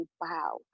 wow